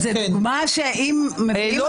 מה שאתם --- לא,